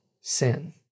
sin